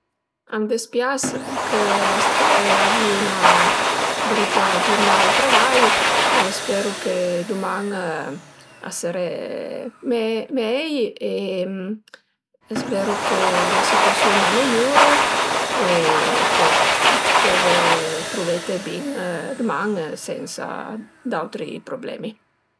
A më dëspias chë l'ast avü' üna brüta giurnà al travai, speru chë duman a sëré me mei e speru che la situasiun a meiuru e che t'pöve truvete bin duman sensa d'autri prublemi